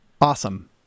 Awesome